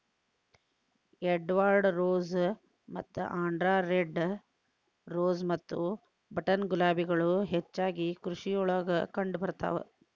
Edward rose ಮತ್ತ Andhra red rose ಮತ್ತ button ಗುಲಾಬಿಗಳು ಹೆಚ್ಚಾಗಿ ಕೃಷಿಯೊಳಗ ಕಂಡಬರ್ತಾವ